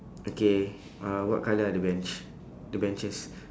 okay uh what colour are the bench the benches